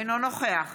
אינו נוכח